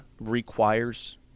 requires